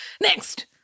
next